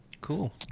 Cool